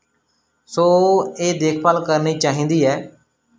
ਸੋ ਇਹ ਦੇਖਭਾਲ ਕਰਨੀ ਚਾਹੀਦੀ ਹੈ